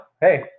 hey